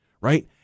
right